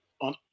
on